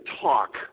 talk